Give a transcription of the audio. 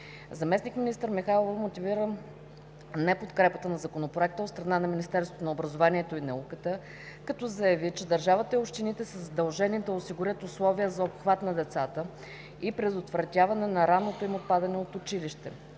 Заместник-министър Михайлова мотивира неподкрепата на Законопроекта от страна на Министерството на образованието и науката, като заяви, че държавата и общините са задължени да осигурят условия за обхват на децата и предотвратяване на ранното им отпадане от училище.